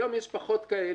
היום יש פחות כאלה,